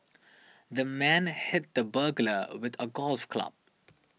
the man hit the burglar with a golf club